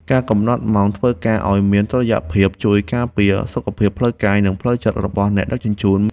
ការកំណត់ម៉ោងធ្វើការឱ្យមានតុល្យភាពជួយការពារសុខភាពផ្លូវកាយ និងផ្លូវចិត្តរបស់អ្នកដឹកជញ្ជូន។